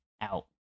out